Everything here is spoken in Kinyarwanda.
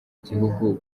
gihugu